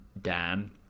Dan